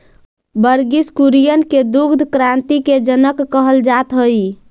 वर्गिस कुरियन के दुग्ध क्रान्ति के जनक कहल जात हई